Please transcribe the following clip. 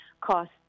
cost